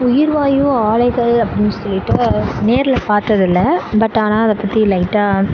உயிர்வாயு ஆலைகள் அப்படின்னு சொல்லிட்டு நேரில் பார்த்தது இல்லை பட் ஆனால் அதை பற்றி லைட்டாக